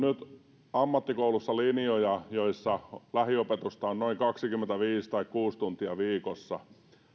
on ammattikoulussa linjoja joissa lähiopetusta on noin kaksikymmentäviisi tai kaksikymmentäkuusi tuntia viikossa